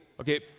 okay